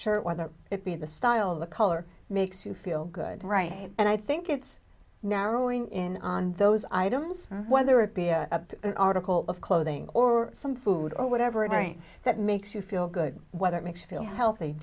shirt whether it be the style of the color makes you feel good right and i think it's narrowing in on those items whether it be a an article of clothing or some food or whatever and i think that makes you feel good whether it makes you feel healthy